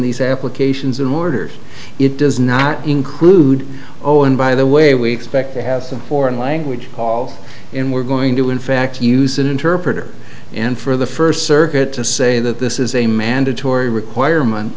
these applications and mortars it does not include oh and by the way we expect to have some foreign language call in we're going to in fact use an interpreter and for the first circuit to say that this is a mandatory requirement